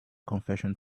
confession